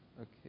Okay